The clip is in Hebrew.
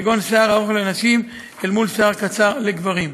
כגון שיער ארוך לנשים אל מול שיער קצר לגברים.